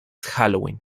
halloween